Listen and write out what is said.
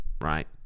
right